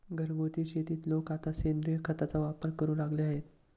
घरगुती शेतीत लोक आता सेंद्रिय खताचा वापर करू लागले आहेत